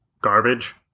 garbage